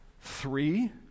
Three